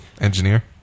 Engineer